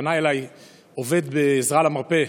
פנה אליי עובד בעזרה למרפא,